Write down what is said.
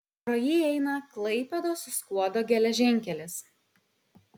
pro jį eina klaipėdos skuodo geležinkelis